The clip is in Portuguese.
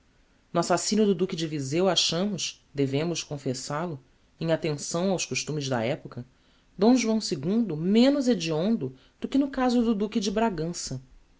no assassinio do duque de vizeu achamos devemos confessal-o em attenção aos costumes da época d joão ii menos hediondo do que no caso do duque de bragança